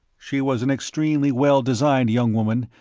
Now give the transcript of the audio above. she was an extremely well-designed young woman,